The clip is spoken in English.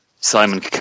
Simon